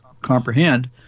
comprehend